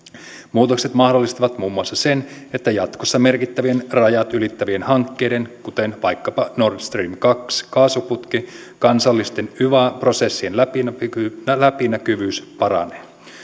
muutokset mahdollistavat muun muassa sen että jatkossa merkittävien rajat ylittävien hankkeiden kuten vaikkapa nord stream kaksi kaasuputken kansallisten yva prosessien läpinäkyvyys läpinäkyvyys paranee